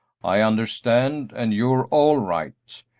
i understand, and you're all right.